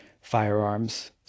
firearms